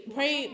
Pray